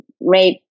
rape